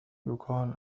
يُقال